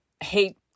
hate